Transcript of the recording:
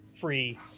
free